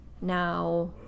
now